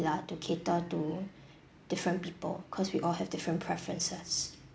lah to cater to different people cause we all have different preferences